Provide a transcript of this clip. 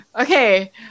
Okay